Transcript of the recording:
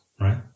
right